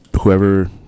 whoever